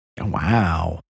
Wow